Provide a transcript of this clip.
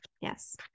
yes